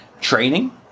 training